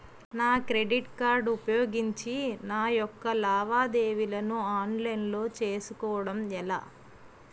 నా credit card ఉపయోగించి నా యెక్క లావాదేవీలను ఆన్లైన్ లో చేసుకోవడం ఎలా?